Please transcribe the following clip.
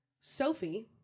Sophie